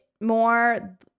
more